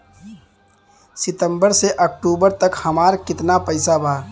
सितंबर से अक्टूबर तक हमार कितना पैसा बा?